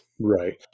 Right